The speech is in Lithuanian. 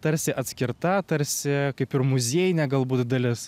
tarsi atskirta tarsi kaip ir muziejinė galbūt dalis